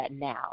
now